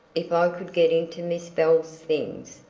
if i could get into miss bell's things!